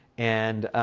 and,